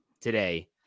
today